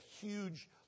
huge